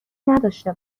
نداشته